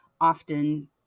often